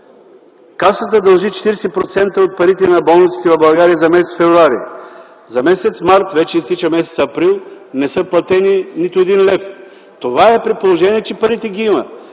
Касата дължи 40% от парите на болниците в България за м. февруари. За м. март, а вече изтича м. април, не е платен нито един лев! Това е при положение, че парите ги има.